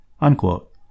unquote